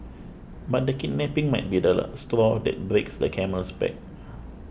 but the kidnapping might be the straw that breaks the camel's back